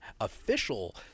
official